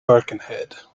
birkenhead